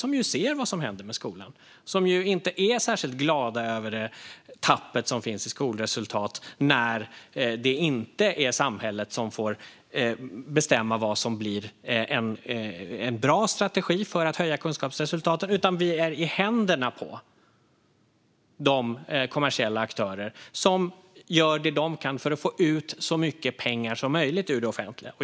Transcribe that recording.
Även de ser ju vad som händer med skolan och är inte särskilt glada över tappet i skolresultat när det inte är samhället som får bestämma vad som vore en bra strategi för att höja kunskapsresultaten utan vi är i händerna på kommersiella aktörer som gör vad de kan för att få ut så mycket pengar som möjligt ur det offentliga.